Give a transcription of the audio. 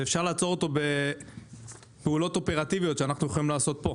ואפשר לעצור אותו בפעולות אופרטיביות שאנחנו יכולים לעשות פה,